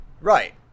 right